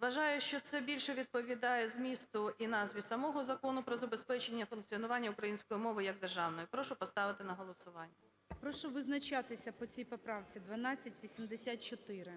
Вважаю, що це більше відповідає змісту і назві самого Закону про забезпечення функціонування української мови як державної. Прошу поставити на голосування. ГОЛОВУЮЧИЙ. Прошу визначатися по цій поправці, 1284.